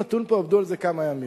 עבדו על זה כמה ימים.